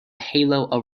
halo